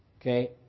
Okay